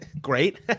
Great